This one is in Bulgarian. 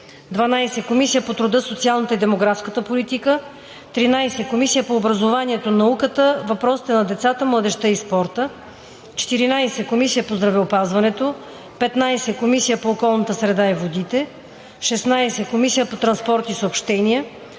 12. Комисия по труда, социалната и демографската политика; 13. Комисия по образованието, науката, въпросите на децата, младежта и спорта; 14. Комисия по здравеопазването; 15. Комисия по околната среда и водите; 16. Комисия по транспорт и съобщения;